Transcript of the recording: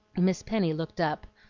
miss penny looked up,